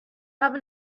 have